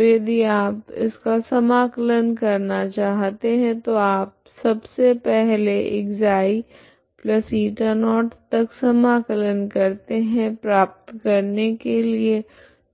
तो यदि आप इसका समाकलन करना चाहते है तो आप सब से पहले ξ से η0 तक समाकलन करते है प्राप्त करने के लिए